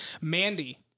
Mandy